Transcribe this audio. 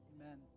amen